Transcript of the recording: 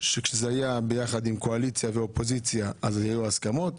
שכשזה היה ביחד, קואליציה ואופוזיציה, היו הסכמות.